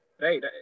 right